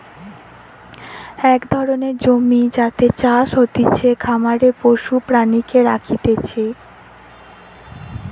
এক ধরণের জমি যাতে চাষ হতিছে, খামারে পশু প্রাণীকে রাখতিছে